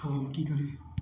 हम कि करी